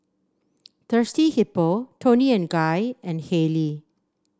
Thirsty Hippo Toni and Guy and Haylee